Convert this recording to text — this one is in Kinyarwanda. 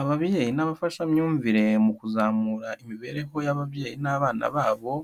Ababyeyi n'abafashamyumvire mu kuzamura imibereho y'ababyeyi n'abana babo,